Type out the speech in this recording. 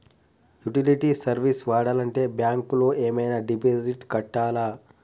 Utility service వాడాలంటే bank లో ఏమైనా డిపాజిట్ కట్టాలా?